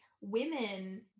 women